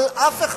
אבל אף אחד,